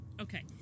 Okay